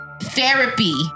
Therapy